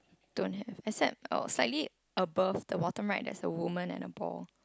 don't have except uh slightly above the bottom right there's a women and a ball